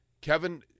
Kevin